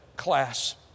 Class